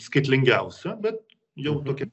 skaitlingiausia bet jau tokia